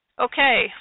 Okay